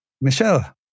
Michelle